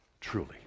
truly